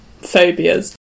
phobias